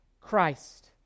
Christ